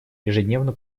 ежедневно